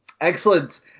excellent